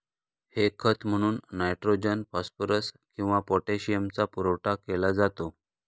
हे खत म्हणून नायट्रोजन, फॉस्फरस किंवा पोटॅशियमचा पुरवठा केला जातो